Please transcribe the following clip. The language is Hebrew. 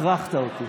הכרחת אותי.